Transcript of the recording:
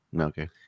Okay